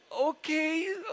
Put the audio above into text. Okay